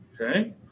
okay